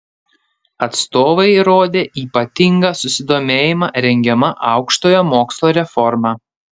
atstovai rodė ypatingą susidomėjimą rengiama aukštojo mokslo reforma